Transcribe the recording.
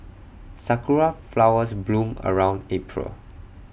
Sakura Flowers bloom around April